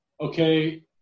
okay